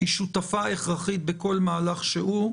בעיני, בייחוד בתחום הסביבה, שותפה בכל מהלך שהוא.